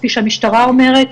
כפי שהמשטרה אומרת.